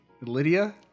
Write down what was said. Lydia